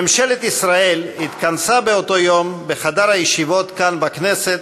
ממשלת ישראל התכנסה באותו יום בחדר הישיבות כאן בכנסת,